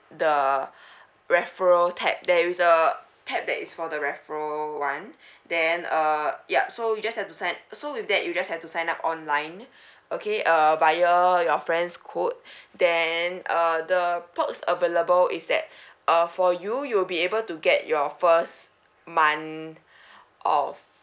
the referral tap there is a tap that is for the referral one then uh yup so you just have to sign so with that you just have to sign up online okay err via your friends quote then uh the perks available is that uh for you you will be able to get your first month off